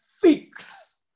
fix